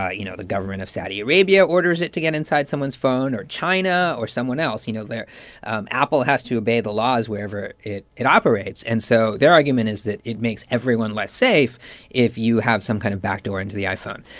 ah you know, the government of saudi arabia orders it to get inside someone's phone or china or someone else. you know, and apple has to obey the laws wherever it it operates, and so their argument is that it makes everyone less safe if you have some kind of backdoor into the iphone.